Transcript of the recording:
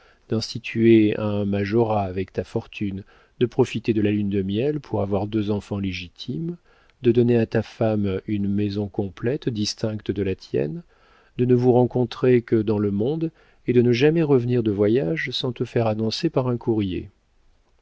seigneur d'instituer un majorat avec ta fortune de profiter de la lune de miel pour avoir deux enfants légitimes de donner à ta femme une maison complète distincte de la tienne de ne vous rencontrer que dans le monde et de ne jamais revenir de voyage sans te faire annoncer par un courrier